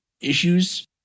issues